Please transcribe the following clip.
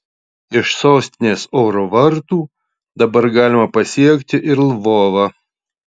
iš sostinės oro vartų dabar galima pasiekti ir lvovą